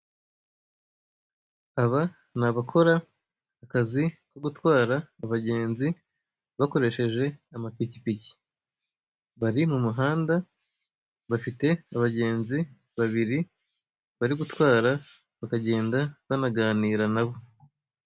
Aba ni abakora akazi ko gutwara abagenzi bakoresheje amapikipiki, bari mu muhanda bafite abagenzi babiri bari gutwara bakagenda banaganira na bo.